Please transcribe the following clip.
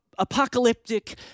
apocalyptic